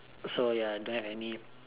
so ya don't have any